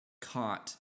caught